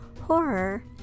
horror